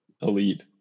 elite